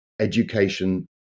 education